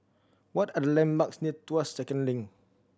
what are the landmarks near Tuas Second Link